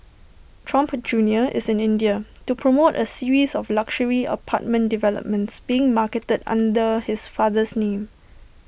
Trump junior is in India to promote A series of luxury apartment developments being marketed under his father's name